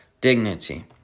dignity